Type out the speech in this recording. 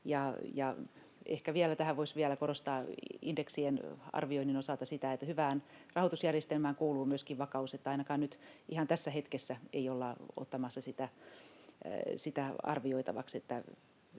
ehkä tässä voisi vielä korostaa indeksien arvioinnin osalta sitä, että hyvään rahoitusjärjestelmään kuuluu myöskin vakaus, niin että ainakaan nyt ihan tässä hetkessä ei olla ottamassa sitä arvioitavaksi.